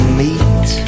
meet